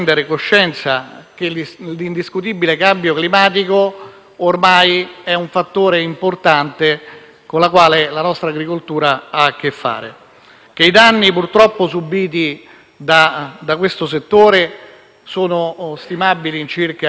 ormai, è un fattore importante con il quale la nostra agricoltura ha a che fare. I danni purtroppo subiti da questo settore sono stimabili in oltre due miliardi di euro,